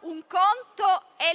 un conto è